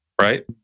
right